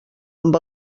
amb